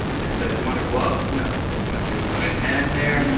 and do you want a glove? no, you just want to do it by hand there.